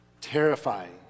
terrifying